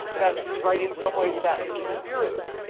that's, right, in some ways, that's dispiriting,